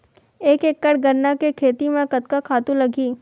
एक एकड़ गन्ना के खेती म कतका खातु लगही?